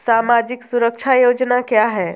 सामाजिक सुरक्षा योजना क्या है?